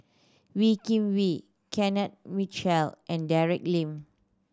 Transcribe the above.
Wee Kim Wee Kenneth Mitchell and Dick Lee